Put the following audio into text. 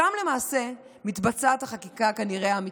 שם כנראה מתבצעת החקיקה האמיתית.